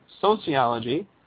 Sociology